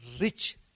rich